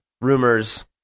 Rumors